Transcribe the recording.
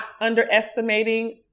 underestimating